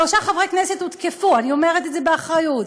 שלושה חברי כנסת הותקפו, אני אומרת את זה באחריות.